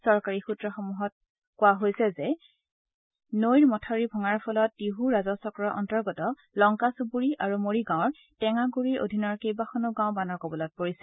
চৰকাৰী সুত্ৰসমূহত কৈছে যে নৈৰ মথাউৰি ভঙাৰ ফলত টিহু ৰাজহ চক্ৰৰ অন্তৰ্গত লংকা চুবুৰী আৰু মৰিগাঁওৰ টেঙাগুৰিৰ অধীনৰ কেইবাখনো গাঁও বানৰ কবলত পৰিছে